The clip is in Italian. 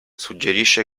suggerisce